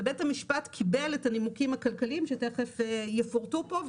ובית המשפט קיבל את הנימוקים הכלכליים שתיכף יפורטו פה,